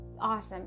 awesome